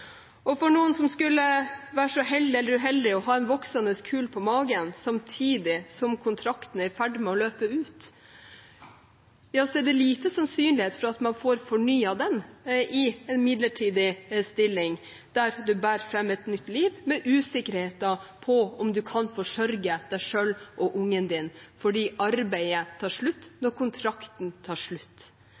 Og om noen skulle være så heldig – eller uheldig – å ha en voksende kul på magen samtidig som kontrakten er i ferd med å løpe ut, er det liten sannsynlighet for at man får fornyet den i en midlertidig stilling. Man bærer fram et nytt liv med usikkerheten om man kan forsørge seg selv og ungen sin fordi arbeidet tar slutt når kontrakten tar slutt.